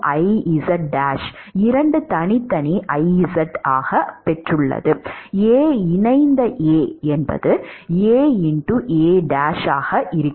2 தனித்தனி Iz ஆகவும் A இணைந்த A என்பது 2 A1 வும் இருக்கும்